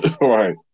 Right